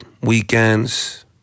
weekends